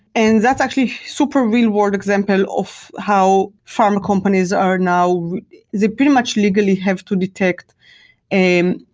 and that's actually super real-world example of how pharma companies are now they pretty much legally have to detect an,